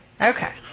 Okay